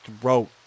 throat